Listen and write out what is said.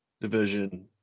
division